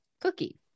cookie